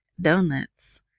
Donuts